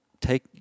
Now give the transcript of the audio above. take